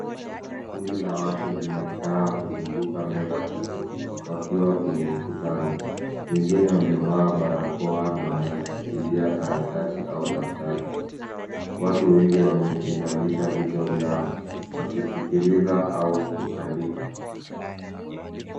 Kundi la watu limekaa kuzunguka meza kubwa wakiwa kwenye mkutano. Wengine wamevaa barakoa na wanashikilia karatasi au daftari. Watu wengi wameinamisha vichwa vyao wakiskiliza au kuandika.